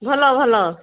ଭଲ ଭଲ